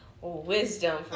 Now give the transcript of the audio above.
wisdom